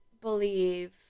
believe